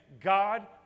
God